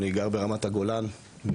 אני גר ברמת הגולן ובאמת,